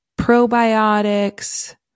probiotics